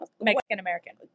Mexican-American